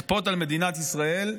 לכפות על מדינת ישראל.